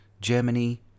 Germany